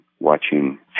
watching